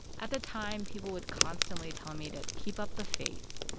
at the time, people would constantly tell me to keep up the faith.